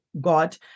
God